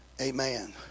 Amen